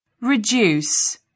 reduce